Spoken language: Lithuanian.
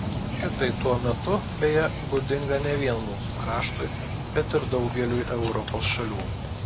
šitai tuo metu beje būdinga ne vien mūsų kraštui bet ir daugeliui europos šalių